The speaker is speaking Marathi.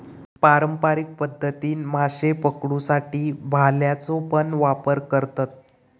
पारंपारिक पध्दतीन माशे पकडुसाठी भाल्याचो पण वापर करतत